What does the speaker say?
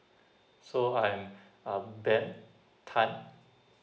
so I am uh ben tan